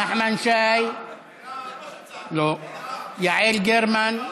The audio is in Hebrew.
נחמן שי, לא, יעל גרמן,